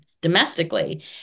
domestically